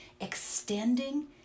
extending